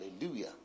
hallelujah